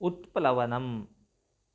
उत्प्लवनम्